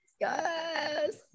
Yes